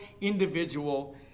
individual